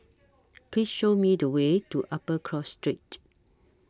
Please Show Me The Way to Upper Cross Street